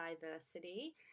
Diversity